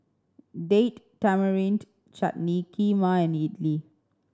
Date Tamarind Chutney Kheema and Idili